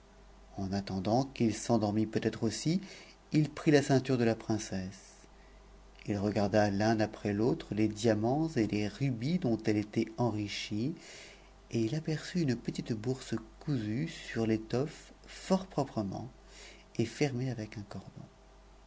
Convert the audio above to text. en attendant qu'il s'endormît peut-être aussi il prit la ceinture de la princesse il regarda l'un après l'autre les diamants et les rubis dont elle était enrichie et il aperçut une petite bourse cousue sur t'étoffe fort proprement et fermée avec un cordon